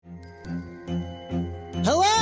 Hello